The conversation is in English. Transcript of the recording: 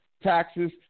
taxes